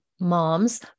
moms